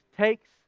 takes